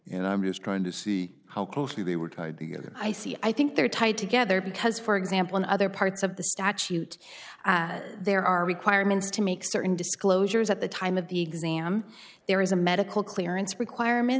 and i'm just trying to see how closely they were tied together i see i think they're tied together because for example in other parts of the statute there are requirements to make certain disclosures at the time of the exam there is a medical clearance requirement